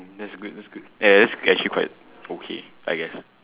that's good that's good yeah that's actually quite okay I guess